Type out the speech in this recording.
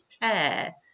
tear